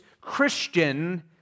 Christian